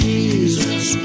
Jesus